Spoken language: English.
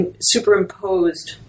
superimposed